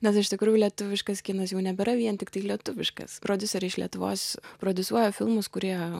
nes iš tikrųjų lietuviškas kinas jau nebėra vien tiktai lietuviškas prodiuseriai iš lietuvos prodiusuoja filmus kurie